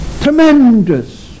Tremendous